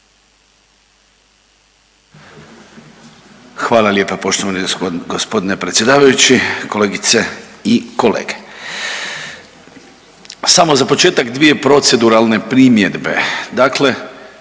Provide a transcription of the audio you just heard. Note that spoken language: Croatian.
Hvala lijepa poštovani g. predsjedavajući, kolegice i kolege. Samo za početak dvije proceduralne primjedbe,